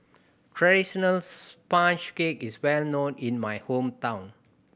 traditional sponge cake is well known in my hometown